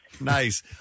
Nice